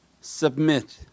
Submit